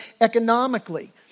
economically